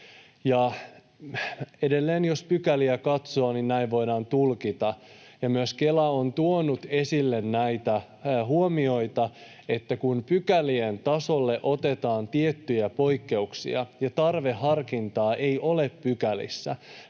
edelleen, jos pykäliä katsoo, näin voidaan tulkita. Myös Kela on tuonut esille näitä huomioita, että kun pykälien tasolle otetaan tiettyjä poikkeuksia ja tarveharkintaa ei ole pykälissä,